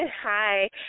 hi